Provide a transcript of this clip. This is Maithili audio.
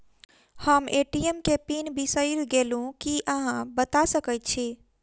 हम ए.टी.एम केँ पिन बिसईर गेलू की अहाँ बता सकैत छी?